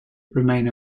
remain